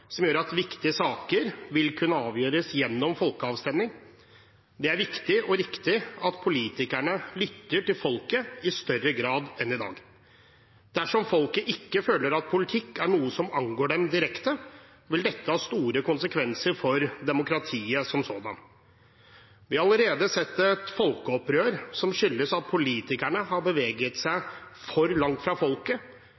som gjør at viktige saker vil kunne avgjøres gjennom folkeavstemning. Det er viktig og riktig at politikerne lytter til folket i større grad enn i dag. Dersom folket ikke føler at politikk er noe som angår dem direkte, vil dette ha store konsekvenser for demokratiet som sådan. Vi har allerede sett folkeoppgjør som skyldes at politikerne har beveget seg